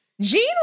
Gene